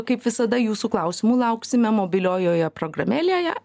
kaip visada jūsų klausimų lauksime mobiliojoje programėlėje